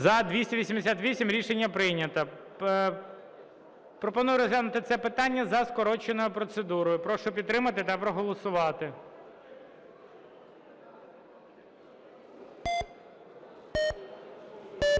За-288 Рішення прийнято. Пропоную розглянути це питання за скороченою процедурою. Прошу підтримати та проголосувати.